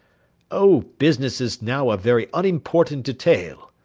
oh, business is now a very unimportant detail,